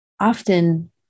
Often